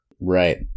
Right